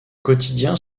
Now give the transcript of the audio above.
quotidien